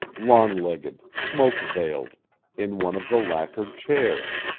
long-legged, smoke-veiled, in one of the lacquered chairs.